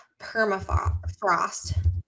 permafrost